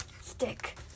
stick